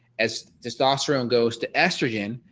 as testosterone goes to estrogen.